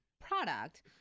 product